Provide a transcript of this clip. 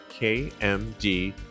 kmd